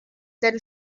den